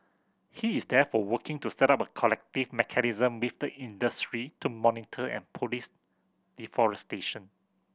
he is therefore working to set up a collective mechanism with the industry to monitor and police deforestation